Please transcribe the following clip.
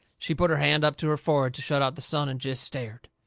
she put her hand up to her forehead to shut out the sun and jest stared.